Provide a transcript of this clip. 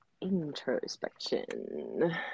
Introspection